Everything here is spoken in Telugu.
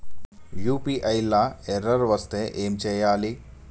యూ.పీ.ఐ లా ఎర్రర్ వస్తే ఏం చేయాలి?